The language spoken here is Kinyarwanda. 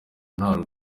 nta